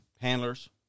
handlers